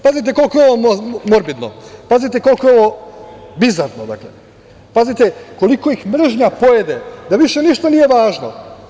Pazite koliko je ovo morbidno, pazite koliko je ovo bizarno, pazite koliko ih mržnja pojede da više ništa nije važno.